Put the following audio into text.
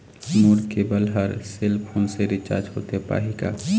मोर cable हर cell phone से recharge होथे पाही का?